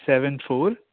seven four